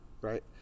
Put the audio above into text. right